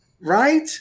right